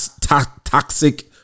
Toxic